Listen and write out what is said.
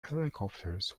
helicopters